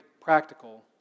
practical